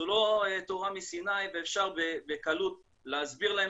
זה לא תורה מסיני ואפשר בקלות להסביר להם